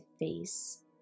face